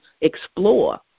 explore